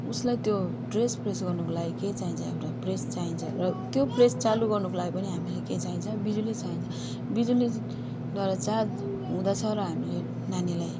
उसलाई त्यो dress press गर्नुको लागि के चाहिन्छ एउटा प्रेस चाहिन्छ र त्यो प्रेस चालु गर्नुको लागि पनि हामीलाई के चाहिन्छ बिजुली चाहिन्छ बिजुलीद्वारा चार्ज हुँदछ र हामीले नानीलाई